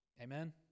Amen